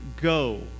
go